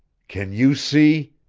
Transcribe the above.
can you see